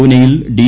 പൂനൈയിൽ D